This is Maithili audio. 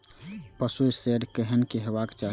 पशु शेड केहन हेबाक चाही?